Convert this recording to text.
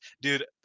Dude